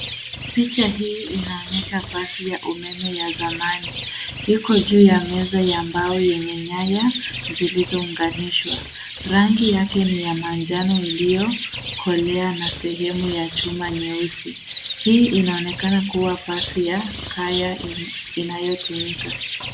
Picha hii inaonyesha pasi ya umeme ya zamani. Iko juu ya meza ya mbao yenye nyaya zilizounganishwa. Rangi yake ni ya manjano iliyokolea na sehemu ya chuma nyeusi. Hii inaonekana kuwa pasi ya kaya inayotumika.